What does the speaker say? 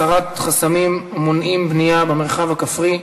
הסרת החסמים המונעים בנייה במרחב הכפרי,